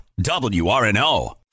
WRNO